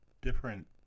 different